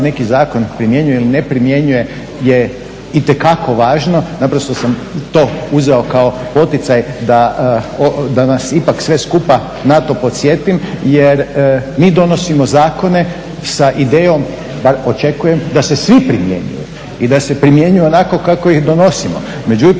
neki zakon primjenjuje ili ne primjenjuje je itekako važno, naprosto sam to uzeo kao poticaj da nas ipak sve skupa na to posjetim jer mi donosimo zakone sa idejom bar očekujem da se svi primjenjuju i da se primjenjuju onako kako ih donosimo.